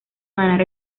ganar